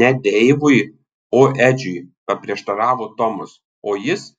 ne deivui o edžiui paprieštaravo tomas o jis